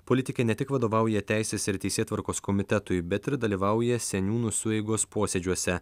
politikė ne tik vadovauja teisės ir teisėtvarkos komitetui bet ir dalyvauja seniūnų sueigos posėdžiuose